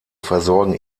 versorgen